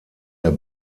der